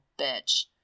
bitch